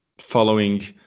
following